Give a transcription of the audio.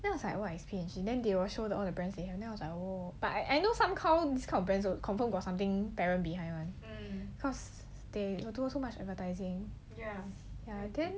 then I was like what is P&G then they will show all the then I was like oh but I know this kind of brand confirm got something parent behind [one] cause they do so much advertising ya then